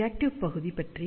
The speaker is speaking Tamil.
ரியாக்டிவ் பகுதி பற்றி